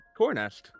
Cornest